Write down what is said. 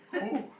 who